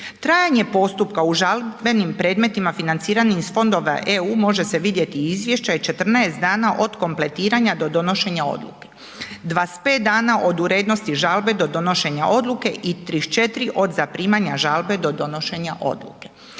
Trajanje postupka u žalbenim predmetima financiranim iz fondova EU može se vidjeti iz izvješća i 14 dana od kompletiranja do donošenja odluke, 25 dana od urednosti žalbe do donošenja odluke i 34 od zaprimanja žalbe do donošenja odluke.